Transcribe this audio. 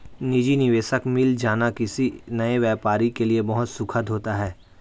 निजी निवेशक मिल जाना किसी नए व्यापारी के लिए बहुत सुखद होता है